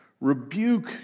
rebuke